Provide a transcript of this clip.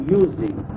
using